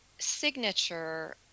Signature